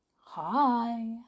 Hi